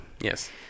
Yes